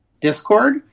Discord